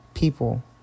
People